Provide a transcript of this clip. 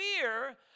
fear